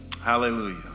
Hallelujah